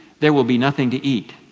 there will be nothing to eat.